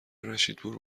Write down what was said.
رشیدپور